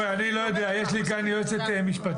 מקום שבו חברת הכנסת סטרוק